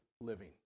living